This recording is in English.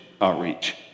outreach